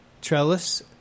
trellis